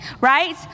right